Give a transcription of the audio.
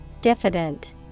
Diffident